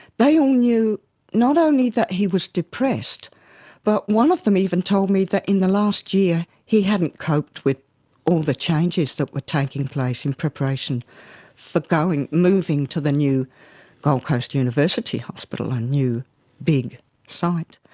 they all knew not only that he was depressed but one of them even told me that in the last year he hadn't coped with all the changes that were taking place in preparation for moving to the new gold coast university hospital, a new big site.